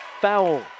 foul